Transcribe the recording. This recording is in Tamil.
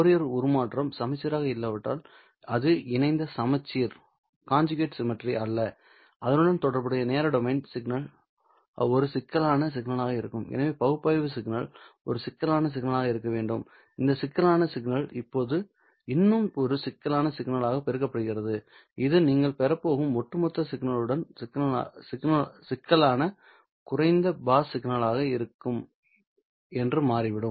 ஃபோரியர் உருமாற்றம் சமச்சீராக இல்லாவிட்டால் அது இணைந்த சமச்சீர் அல்ல அதனுடன் தொடர்புடைய நேர டொமைன் சிக்னல் ஒரு சிக்கலான சிக்னலாக இருக்கும் எனவே பகுப்பாய்வு சிக்னல் ஒரு சிக்கலான சிக்னலாக இருக்க வேண்டும் இந்த சிக்கலான சிக்னல் இப்போது இன்னும் ஒரு சிக்கலான சிக்னல் ஆல் பெருக்கப்படுகிறது இது நீங்கள் பெறப் போகும் ஒட்டுமொத்த சிக்னலும் சிக்கலான குறைந்த பாஸ் சிக்னலாக இருக்கும் என்று மாறிவிடும்